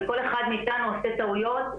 וכל אחד מאיתנו עושה טעויות,